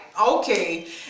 Okay